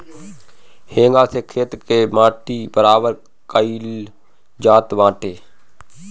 हेंगा से खेत के माटी बराबर कईल जात बाटे